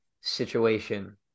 situation